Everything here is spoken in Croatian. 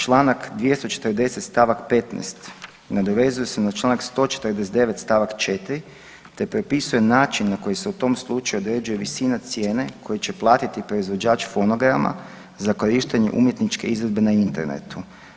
Članak 240. stavak 15. nadovezuje se na Članak 149. stavak 4. te propisuje način koji se u tom slučaju određuje visina cijene koju će platiti proizvođač fonograma za korištenje umjetničke izvedbe na internetu.